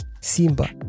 simba